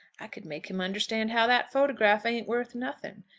i could make him understand how that photograph ain't worth nothing,